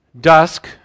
dusk